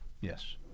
Yes